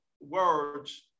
words